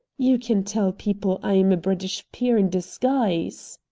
you can tell people i am a british peer in disguise.